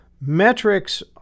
metrics